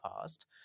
past